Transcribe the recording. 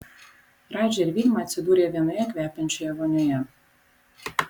radži ir vilma atsidūrė vienoje kvepiančioje vonioje